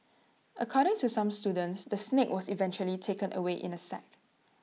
according to some students the snake was eventually taken away in A sack